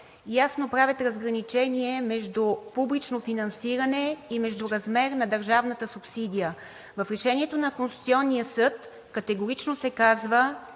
ясно правят разграничение между публично финансиране и размер на държавната субсидия. В решението на Конституционния съд категорично се казва,